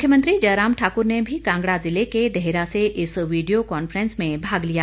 मुख्यमंत्री जयराम ठाक्र ने भी कांगड़ा ज़िले के देहरा से इस वीडियो कॉन्फ्रेंस में भाग लिया